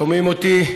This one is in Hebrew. שומעים אותי?